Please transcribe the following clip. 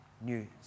news